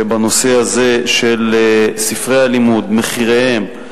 שבנושא הזה של ספרי הלימוד, מחיריהם,